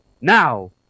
Now